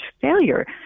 failure